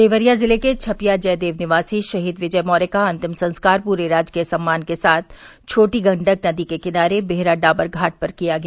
देवरिया जिले के छपिया जयदेव निवासी शहीद विजय मौर्य का अंतिम संस्कार पूरे राजकीय सम्मान के साथ छोटी गण्डक नदी के किनारे बेहरा डाबर घाट पर किया गया